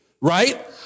right